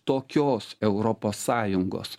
tokios europos sąjungos